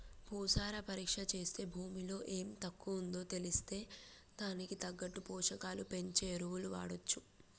భూసార పరీక్ష చేస్తే భూమిలో ఎం తక్కువుందో తెలిస్తే దానికి తగ్గట్టు పోషకాలను పెంచే ఎరువులు వాడొచ్చు